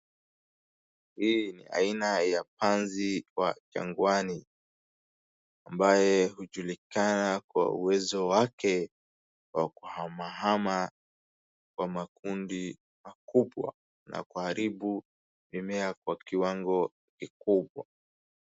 Hii ni aina ya panzi wa jangwani ambaye hujulikana kwa uwezo wake wa kuhama hama kwa makundi makubwa na kuharibu mimea kwa kiwango kikubwa.